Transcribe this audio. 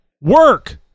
work